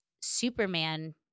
Superman